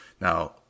Now